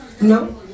No